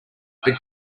but